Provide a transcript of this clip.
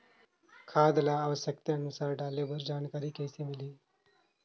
खाद ल आवश्यकता अनुसार डाले बर जानकारी कइसे मिलही?